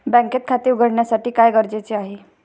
बँकेत खाते उघडण्यासाठी काय गरजेचे आहे?